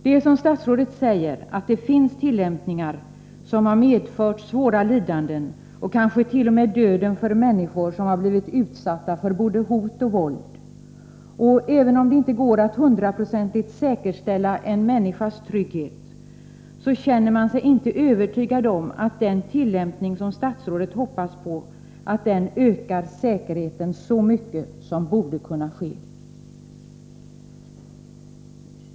Det är så som statsrådet säger, att vissa tillämpningar har medfört svåra lidanden och t.o.m. döden för människor som har utsatts för både hot och våld. Även om det inte går att hundraprocentigt säkerställa en människas trygghet, känner man sig inte övertygad om att den tillämpning som statsrådet hoppas på ökar säkerheten så mycket som borde kunna ske.